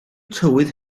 tywydd